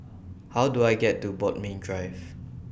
How Do I get to Bodmin Drive